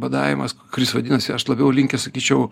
badavimas kuris vadinasi aš labiau linkęs sakyčiau